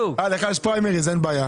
אה, לך יש פריימריז, לך אין בעיה.